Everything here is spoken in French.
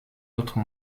autre